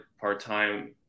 part-time